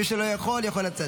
מי שלא יכול, יכול לצאת.